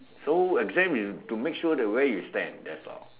so exam is to make sure that where you stand that's all